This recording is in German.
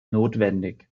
notwendig